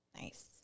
nice